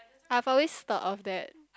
I've always thought of that